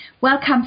Welcome